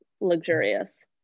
luxurious